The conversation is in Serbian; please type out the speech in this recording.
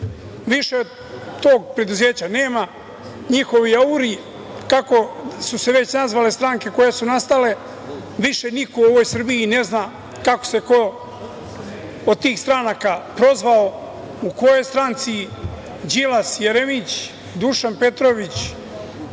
tog preduzeća nema, njihovi auri, kako su se već nazvale stranke koje su nastale, više niko u ovoj Srbiji i ne zna kako se ko od tih stranaka prozvao, u kojoj stranci, Đilas, Jeremić, Dušan Petrović,